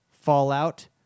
Fallout